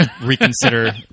reconsider